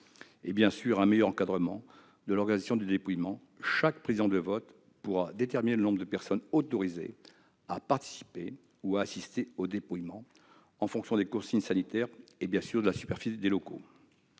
et un meilleur encadrement de l'organisation du dépouillement. Chaque président de bureau de vote pourra en effet déterminer le nombre de personnes autorisées à participer ou à assister au dépouillement, en fonction des consignes sanitaires et de la superficie des locaux.